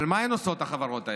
אבל מה הן עושות, החברות האלה?